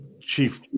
chief